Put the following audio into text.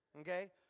okay